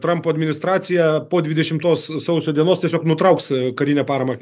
trampo administracija po dvidešimtos sausio dienos tiesiog nutrauks karinę paramą